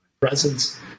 Presence